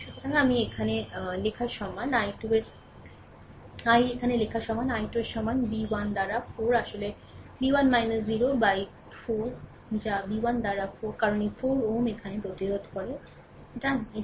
সুতরাং আমি এখানে এখানে লেখার সমান i 2 এর সমান b 1 দ্বারা 4 আসলে খ 1 0 দ্বারা 4 যা খ 1 দ্বারা 4 কারণ এই 4 ওহম এখানে প্রতিরোধ করে ডান